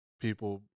people